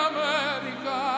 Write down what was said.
America